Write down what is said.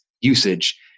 usage